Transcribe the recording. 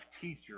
teacher